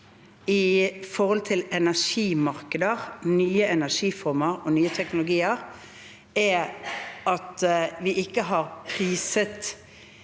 det gjelder energimarkeder, nye energiformer og nye teknologier, er at vi ikke har priset